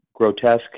grotesque